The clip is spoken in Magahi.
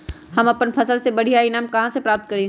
हम अपन फसल से बढ़िया ईनाम कहाँ से प्राप्त करी?